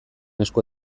esku